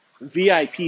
VIP